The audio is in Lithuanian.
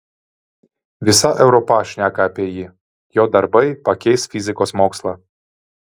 visa europa šneka apie jį jo darbai pakeis fizikos mokslą